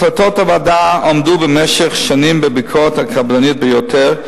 החלטות הוועדה עמדו במשך שנים בביקורת הקפדנית ביותר,